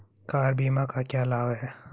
Car बीमा का क्या लाभ है?